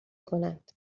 کنند